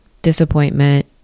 disappointment